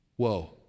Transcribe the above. Whoa